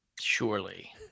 Surely